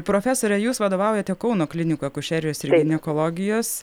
profesore jūs vadovaujate kauno klinikų akušerijos ginekologijos